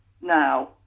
now